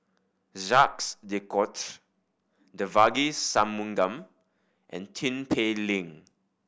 Jacques De Coutre Devagi Sanmugam and Tin Pei Ling